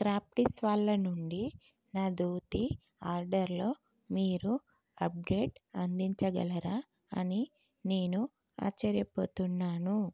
క్రాఫ్టిస్ వాల్ల నుండి నా దోతి ఆర్డర్లో మీరు అప్డేట్ అందించగలరా అని నేను ఆశ్చర్యపోతున్నాను